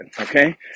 okay